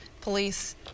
Police